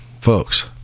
folks